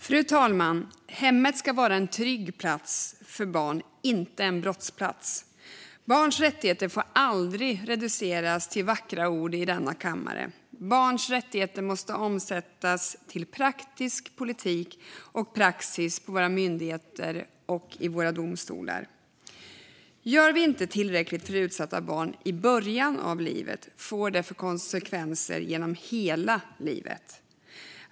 Fru talman! Hemmet ska vara en trygg plats för barn, inte en brottsplats. Barns rättigheter får aldrig reduceras till vackra ord i denna kammare. Barns rättigheter måste omsättas till praktisk politik och praxis på våra myndigheter och i våra domstolar. Gör vi inte tillräckligt för utsatta barn i början av livet får det konsekvenser genom hela livet.